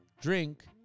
drink